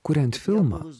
kuriant filmą